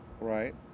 right